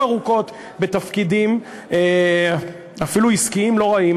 ארוכות אפילו בתפקידים עסקיים לא רעים,